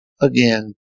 again